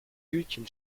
hütchen